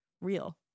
real